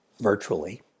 virtually